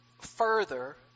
further